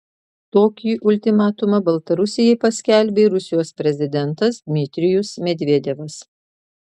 tokį ultimatumą baltarusijai paskelbė rusijos prezidentas dmitrijus medvedevas